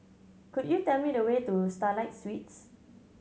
could you tell me the way to Starlight Suites